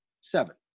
Seven